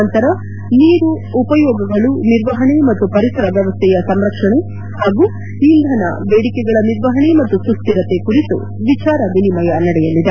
ನಂತರ ನೀರು ಉಪಯೋಗಗಳು ನಿರ್ವಹಣೆ ಮತ್ತು ಪರಿಸರ ಷ್ನವಸ್ಸೆಯ ಸಂರಕ್ಷಣೆ ಹಾಗೂ ಇಂಧನ ಬೇಡಿಕೆಗಳ ನಿರ್ವಹಣೆ ಮತ್ತು ಸುಸ್ಲಿರತೆ ಕುರಿತು ವಿಚಾರ ವಿನಿಮಯ ನಡೆಯಲಿದೆ